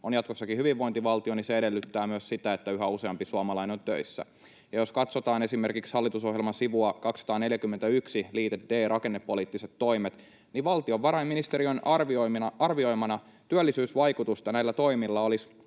on jatkossakin hyvinvointivaltio, niin se edellyttää myös sitä, että yhä useampi suomalainen on töissä. Jos katsotaan esimerkiksi hallitusohjelman sivua 241, liite D, ”Rakennepoliittiset toimet”, niin valtiovarainministeriön arvioimana työllisyysvaikutusta näillä toimilla olisi